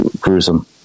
gruesome